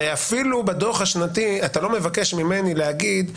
הרי אפילו בדו"ח השנתי אתה לא מבקש ממני להגיד,